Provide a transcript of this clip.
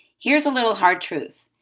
here's a little hard truth.